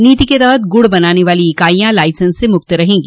नीति के तहत गुड़ बनाने वाली इकाईयां लाइसेंस से से मुक्त रहेगी